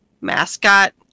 Mascot